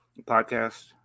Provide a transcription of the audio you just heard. podcast